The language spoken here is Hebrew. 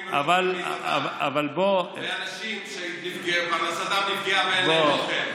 תראה אנשים שפרנסתם נפגעה ואין להם אוכל.